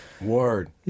Word